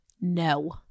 No